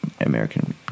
american